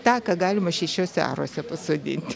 tą ką galima šešiuose aruose pasodinti